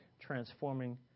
transforming